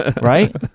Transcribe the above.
Right